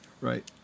right